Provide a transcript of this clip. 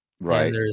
Right